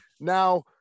now